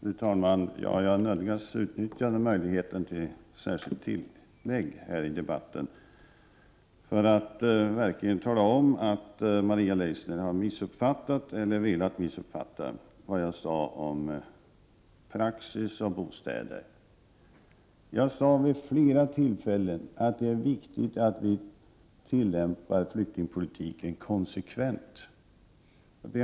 Fru talman! Jag nödgas utnyttja möjligheten till särskilt inlägg i denna debatt för att verkligen tala om att Maria Leissner har missuppfattat, kanske medvetet, vad jag sade om praxis och bostäder. Jag sade vid flera tillfällen att det är viktigt att vi tillämpar flyktingpolitiken konsekvent.